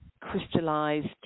crystallised